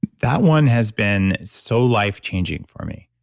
that one has been so life-changing for me.